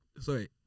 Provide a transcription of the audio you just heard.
Sorry